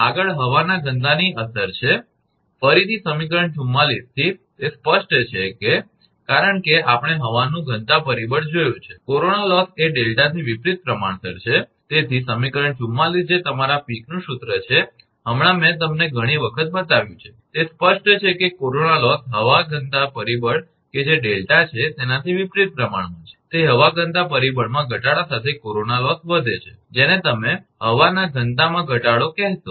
આગળ હવાના ઘનતાની અસર છે ફરીથી સમીકરણ 44 થી તે સ્પષ્ટ છે કારણ કે આપણે હવાનું ઘનતા પરિબળ જોયું છે કે કોરોના લોસ એ ડેલ્ટાથી વિપરિત પ્રમાણસર છે તેથી સમીકરણ 44 જે તમારા પીકનું સૂત્ર છે હમણાં મેં તમને ઘણી વખત બતાવ્યું છે તે સ્પષ્ટ છે કે કોરોના લોસ હવાના ઘનતા પરિબળ કે જે ડેલ્ટા છે તેનાથી વિપરીત પ્રમાણમાં છે તે હવા ઘનતા પરિબળમાં ઘટાડા સાથે કોરોના લોસ વધે છે જેને તમે હવાના ઘનતામાં ઘટાડો કહેશો